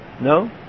No